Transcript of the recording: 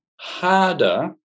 harder